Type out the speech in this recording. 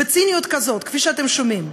בציניות כזאת, כפי שאתם שומעים.